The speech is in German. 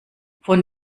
von